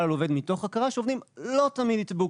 על עובד מתוך הכרה שעובדים לא תמיד יתבעו,